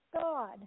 God